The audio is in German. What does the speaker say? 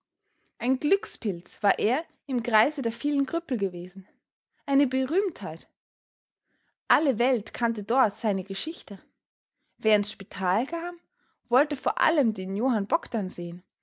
ein glückspilz war er im kreise der vielen krüppel gewesen eine berühmtheit alle welt kannte dort seine geschichte wer ins spital kam wollte vor allem den johann bogdn sehen